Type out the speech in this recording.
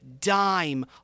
dime